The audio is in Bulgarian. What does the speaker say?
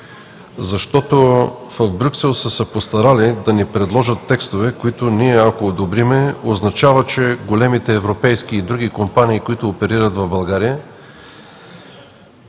приходи. В Брюксел са се постарали да ни предложат текстове, които, ако ние одобрим, означават, че големите европейски и други компании, които оперират в България,